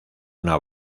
una